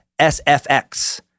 SFX